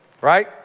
right